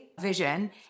vision